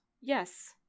yes